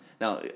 Now